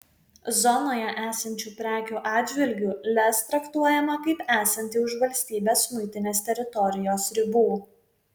zonoje esančių prekių atžvilgiu lez traktuojama kaip esanti už valstybės muitinės teritorijos ribų